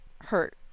hurt